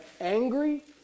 angry